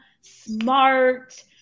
smart